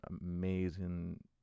amazing